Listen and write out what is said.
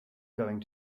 going